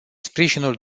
sprijinul